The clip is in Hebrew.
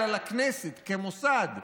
אלא לכנסת כמוסד,